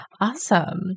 Awesome